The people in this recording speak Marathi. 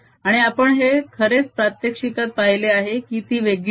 आणि आपण हे खरेच प्रात्यक्षिकात पाहिले आहे की ती वेगळी आहेत